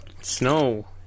Snow